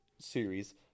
series